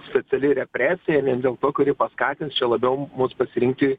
speciali represija vien dėl to kuri paskatins čia labiau mus pasirinkti